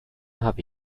habe